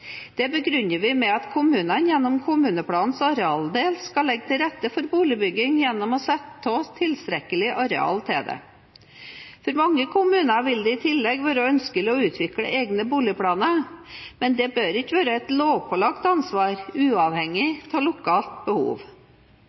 Dette begrunner vi med at kommunene gjennom kommuneplanens arealdel skal legge til rette for boligbygging gjennom å sette av tilstrekkelige arealer til det. For mange kommuner vil det i tillegg være ønskelig å utvikle egne boligplaner, men dette bør ikke være et lovpålagt ansvar uavhengig av lokalt behov.